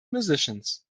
musicians